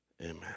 Amen